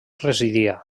residia